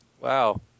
wow